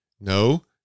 No